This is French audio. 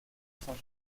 saint